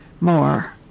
more